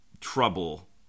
trouble